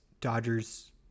Dodgers